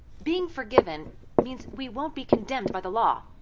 being forgiven means we won't be condemned by the law,